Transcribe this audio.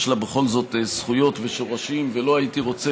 יש לה בכל זאת זכויות ושורשים ולא הייתי רוצה